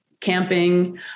camping